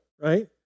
right